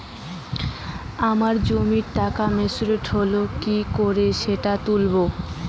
আমার জমা টাকা মেচুউরিটি হলে কি করে সেটা তুলব?